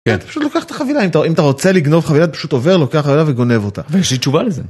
כן, אתה פשוט לוקח את החבילה, אם אתה רוצה לגנוב חבילה, אתה פשוט עובר, לוקח עליה וגונב אותה. ויש לי תשובה לזה.